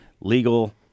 Legal